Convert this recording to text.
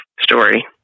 Story